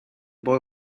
boy